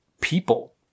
people